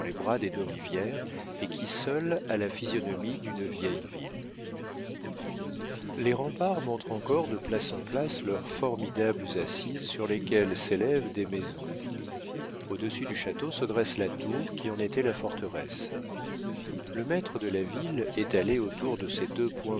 des deux rivières et qui seul a la physionomie d'une vieille ville les remparts montrent encore de place en place leurs formidables assises sur lesquelles s'élèvent des maisons au-dessus du château se dresse la tour qui en était la forteresse le maître de la ville étalée autour de ces deux points